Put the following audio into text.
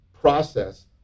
process